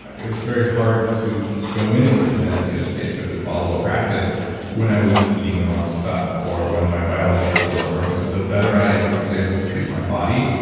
it was very hard to go into the meditative states, or to follow a practice when i was eating the wrong stuff. or when my biology just wasn't working. so the better i was able to treat my body,